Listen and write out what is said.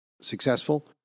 successful